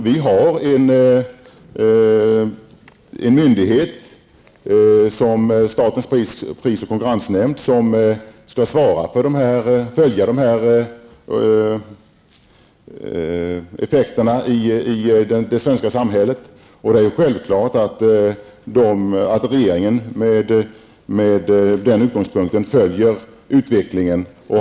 Vi har en myndighet, statens pris och konkurrensverk, som skall följa effekterna i det svenska samhället. Det är självklart att regeringen då har möjlighet att följa utvecklingen.